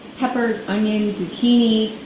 peppers, onions, zucchini,